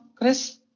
Chris